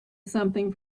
something